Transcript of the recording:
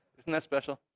isn't that special?